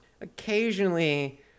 Occasionally